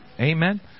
Amen